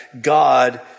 God